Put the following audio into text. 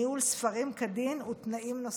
ניהול ספרים כדין ותנאים נוספים.